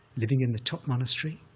living in the top monastery,